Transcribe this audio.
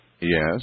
Yes